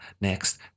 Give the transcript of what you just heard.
next